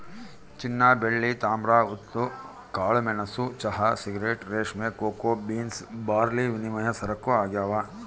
ಚಿನ್ನಬೆಳ್ಳಿ ತಾಮ್ರ ಉಪ್ಪು ಕಾಳುಮೆಣಸು ಚಹಾ ಸಿಗರೇಟ್ ರೇಷ್ಮೆ ಕೋಕೋ ಬೀನ್ಸ್ ಬಾರ್ಲಿವಿನಿಮಯ ಸರಕು ಆಗ್ಯಾವ